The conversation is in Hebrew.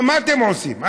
מה אתם עושים?